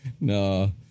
No